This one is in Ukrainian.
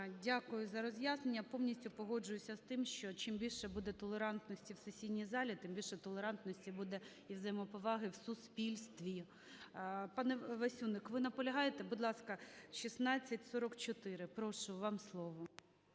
Дякую за роз'яснення. Я повністю погоджуюся з тим, що, чим більше буде толерантності в сесійній залі, тим більше толерантності буде і взаємоповаги в суспільстві. Пане Васюник, ви наполягаєте? Будь ласка, 1644. Прошу, вам слово.